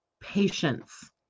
Patience